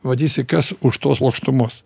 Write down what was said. matysi kas už tos plokštumos